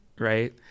Right